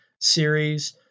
series